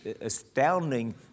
astounding